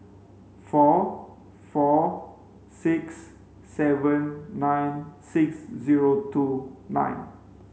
four four six seven nine six zero two nine